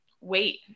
wait